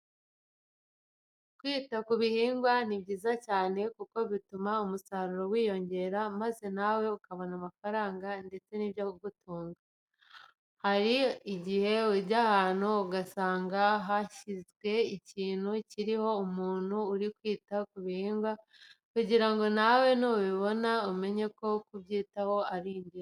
Kwita ku bihingwa ni byiza cyane kuko bituma umusaruro wiyongera maze nawe ukabona amafaranga ndetse n'ibyo kugutunga. Hari igihe ujya ahantu ugasanga bahashyize ikintu kiriho umuntu uri kwita ku bihingwa kugira ngo nawe nubireba umenye ko kubyitaho ari ingenzi.